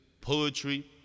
poetry